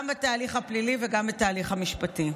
גם בתהליך הפלילי וגם בתהליך המשפטי.